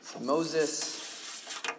Moses